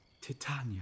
titania